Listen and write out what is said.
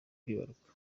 kwibaruka